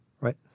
Right